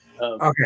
okay